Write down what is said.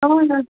అవునా